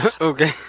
Okay